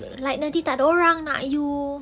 like the boys like